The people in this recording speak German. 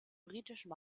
britischen